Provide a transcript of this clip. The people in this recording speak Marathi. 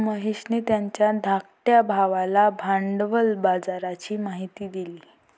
महेशने त्याच्या धाकट्या भावाला भांडवल बाजाराची माहिती दिली